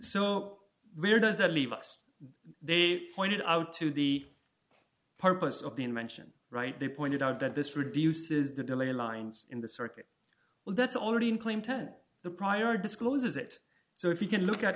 so where does that leave us they pointed out to the purpose of the invention right they pointed out that this reduces the delay lines in the circuit well that's already in claim ten the prior discloses it so if you can look at